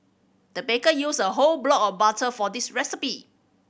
the baker used a whole block of butter for this recipe